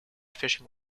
fishing